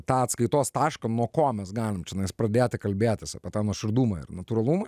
tą atskaitos tašką nuo ko mes galim čionais pradėti kalbėtis apie tą nuoširdumą ir natūralumą